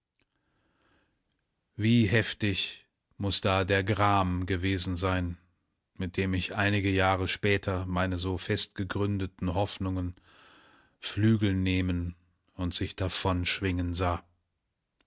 wie heftig muß da der gram gewesen sein mit dem ich einige jahre später meine so festgegründeten hoffnungen flügel nehmen und sich davonschwingen sah